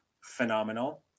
Phenomenal